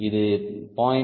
இது 0